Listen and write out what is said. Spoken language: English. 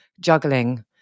juggling